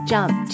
Jump